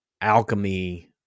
alchemy